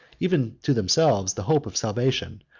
even to themselves, the hope of salvation,